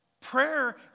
Prayer